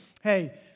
hey